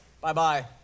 Bye-bye